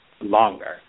longer